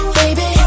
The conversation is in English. baby